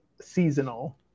seasonal